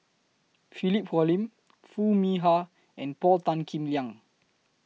Philip Hoalim Foo Mee Har and Paul Tan Kim Liang